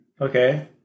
Okay